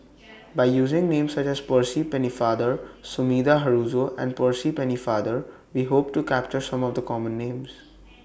By using Names such as Percy Pennefather Sumida Haruzo and Percy Pennefather We Hope to capture Some of The Common Names